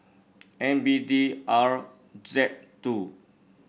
N B D R Z two